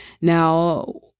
Now